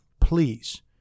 please